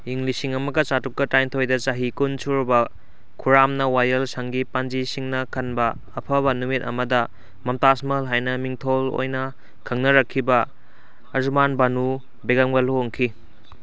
ꯏꯪ ꯂꯤꯁꯤꯡ ꯑꯃꯒ ꯆꯥꯇ꯭ꯔꯨꯛꯀ ꯇꯔꯥꯅꯤꯊꯣꯏꯗ ꯆꯍꯤ ꯀꯨꯟ ꯁꯨꯔꯕ ꯈꯨꯔꯥꯝꯟ ꯋꯥꯌꯦꯜ ꯁꯪꯒꯤ ꯄꯥꯟꯖꯤꯁꯤꯡꯅ ꯈꯟꯕ ꯑꯐꯕ ꯅꯨꯃꯤꯠ ꯑꯃꯗ ꯃꯝꯇꯥꯖ ꯃꯍꯜ ꯍꯥꯏꯅ ꯃꯤꯡꯊꯣꯜ ꯑꯣꯏꯅ ꯈꯪꯅꯔꯛꯈꯤꯕ ꯑꯔꯖꯨꯃꯥꯟ ꯕꯥꯅꯨ ꯕꯦꯒꯝꯒ ꯂꯨꯍꯣꯡꯈꯤ